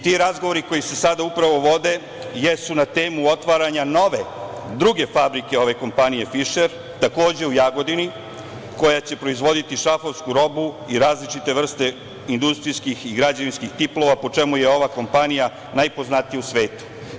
Ti razgovori koji se sada upravo vode jesu na temu otvaranja nove, druge fabrike ove kompanije, „Fišer“, takođe u Jagodini, koja će proizvoditi šrafovsku robu i različite vrste industrijskih i građevinskih tiplova, po čemu je ova kompanija najpoznatija u svetu.